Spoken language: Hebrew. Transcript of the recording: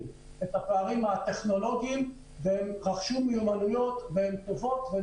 את הפערים הטכנולוגיים והם רכשו מיומנויות טובות.